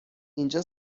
اینجا